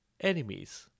enemies